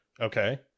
Okay